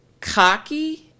cocky